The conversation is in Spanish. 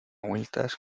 vueltas